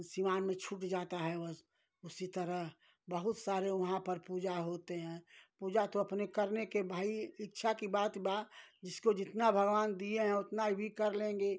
सिवान में छूट जाता है वास उसी तरह बहुत सारे वहाँ पर पूजा होते हैं पुजा तो अपने करने के भा इच्छा कि बात बा जिसको जितना भगवान दिए हैं उतना भी कर लेंगे